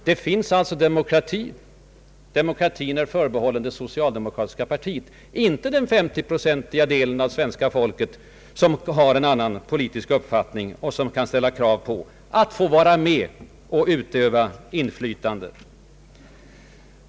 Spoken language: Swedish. Det finns alltså demokrati.” Men den demokratin är alltså förbehållen det socialdemokratiska partiet, inte den 50-procentiga delen av svenska folket som har en annan politisk uppfattning och som ställer krav på att få vara med och utöva inflytande.